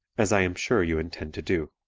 as i am sure you intend to do.